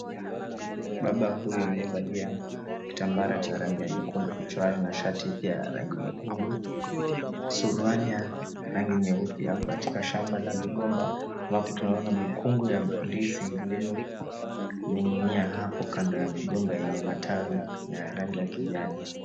Baba huyu aliyevalia kitambara cha rangi ya nyekundu kichwani na shati pia ya rangi ya nyekundu, suruali ya rangi nyeupe ako katika shamba la migomba ambapo tunaona mikungu ya ndizi iliyoning'inia hapo kando ya migomba yenye matawi ya rangi ya kijani.